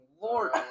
lord